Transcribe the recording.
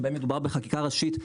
שבהם מדובר בחקיקה ראשית,